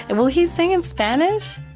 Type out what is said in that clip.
and will he sing in spanish?